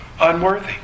unworthy